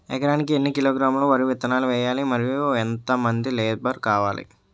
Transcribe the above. ఎకరానికి ఎన్ని కిలోగ్రాములు వరి విత్తనాలు వేయాలి? మరియు ఎంత మంది లేబర్ కావాలి?